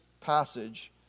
passage